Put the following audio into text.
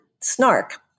snark